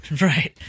Right